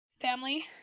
family